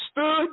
stood